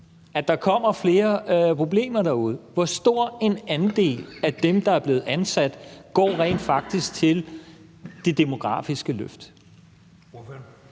at der kommer flere problemer derude. Hvor stor en andel af dem, der er blevet ansat, går rent faktisk til det demografiske løft?